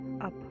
up